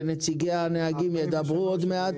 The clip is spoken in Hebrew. נציגי הנהגים ידברו עוד מעט.